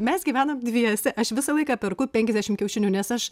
mes gyvenam dviese aš visą laiką perku penkiasdešimt kiaušinių nes aš